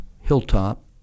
hilltop